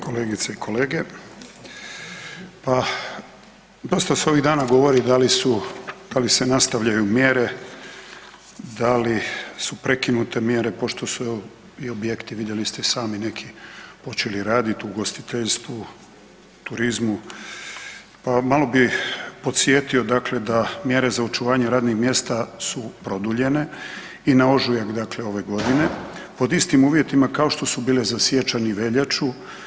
kolegice i kolege, pa dosta se ovih dana govorili da li su, da li se nastavljaju mjere, da li su prekinute mjere pošto su evo i objekti vidjeli ste i sami neki počeli raditi u ugostiteljstvu, turizmu, pa malo bih podsjetio dakle da mjere za očuvanje radnih mjesta su produljene i na ožujak dakle ove godine pod istim uvjetima kao što su bile za siječanj i veljaču.